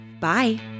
Bye